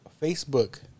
Facebook